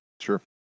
sure